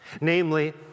Namely